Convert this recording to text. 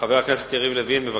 חבר הכנסת יריב לוין, בבקשה.